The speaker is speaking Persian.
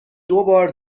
دوبار